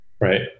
right